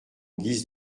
guise